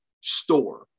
store